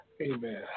Amen